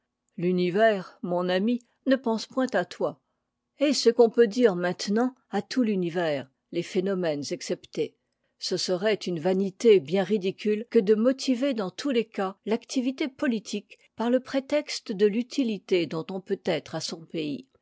l'univers mon ami ne pense point à toi est ce qu'on peut dire maintenant à tout l'univers les phénomènes exceptés ce serait une vanité bien ridicule que de motiver dans tous les cas l'activité politique par le prétexte de f'utifité dont on peut être à son pays